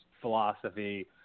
philosophy